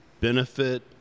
benefit